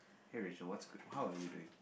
hey Rachel what's good how are you doing